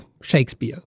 Shakespeare